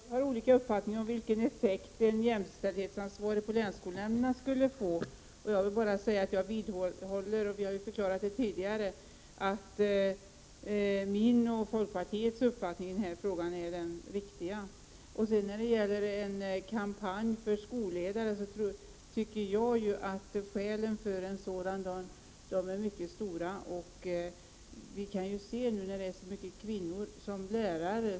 Herr talman! Vi har olika uppfattningar om vilken effekt en jämställdhetsansvarig på länsskolnämnderna skulle få. Jag vidhåller att min och folkpartiets uppfattning i denna fråga är den riktiga. Det har vi förklarat tidigare. Skälen för en kampanj för kvinnliga skolledare är mycket starka. Det är ju många kvinnor som är lärare.